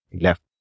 left